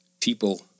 people